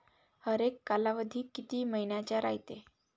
हरेक कालावधी किती मइन्याचा रायते?